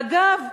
ואגב,